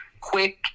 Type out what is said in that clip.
quick